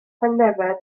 tangnefedd